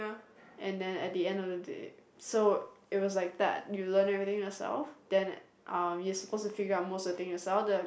and then at the end of the day so it was like that you learn everything yourself then uh you're supposed to figure out most of the thing yourself the